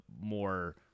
more